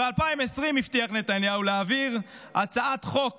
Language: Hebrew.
ב-2020 הבטיח נתניהו להעביר הצעת חוק